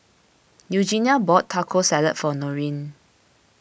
Eugenia bought Taco Salad for Norene